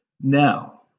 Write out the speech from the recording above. Now